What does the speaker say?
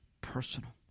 personal